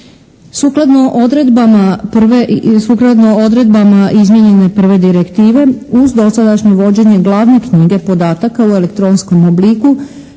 sukladno odredbama izmijenjene prve direktive uz dosadašnje vođenje glavne knjige podataka u elektronskom obliku